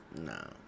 No